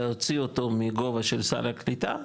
להוציא אותו מגובה סל הקליטה?